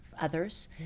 others